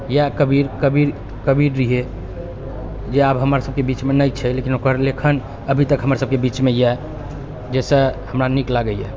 इएह कबीर कबीर कबीर रहियै जे आब हमर सबके बीचमे नहि छै लेकिन ओकर लेखन अभी तक हमर सबके बीचमे यऽ जैसँ हमरा नीक लागै यऽ